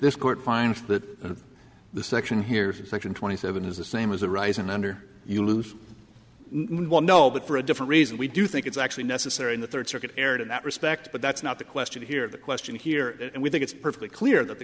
this court finds that the section here in section twenty seven is the same as a rise in under you lose no one no but for a different reason we do think it's actually necessary in the third circuit erred in that respect but that's not the question here the question here and we think it's perfectly clear that the